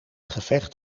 gevecht